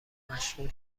مشغول